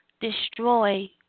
destroy